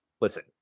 Listen